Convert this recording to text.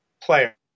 player